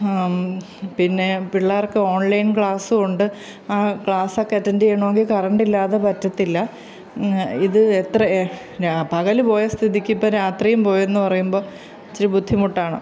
പിന്നെ പിള്ളേർക്ക് ഓൺലൈൻ ക്ലാസ്സുമുണ്ട് ആ ക്ലാസ്സൊക്കെ അറ്റൻഡ് ചെയ്യണമെങ്കിൽ കറണ്ടില്ലാതെ പറ്റത്തില്ല ഇത് എത്ര എ പകൽ പോയ സ്ഥിതിക്കിപ്പം രാത്രിയും പോയെന്നു പറയുമ്പം ഇച്ചിരി ബുദ്ധിമുട്ടാണ്